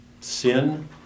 sin